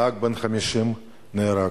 נהג בן 50 נהרג.